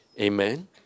Amen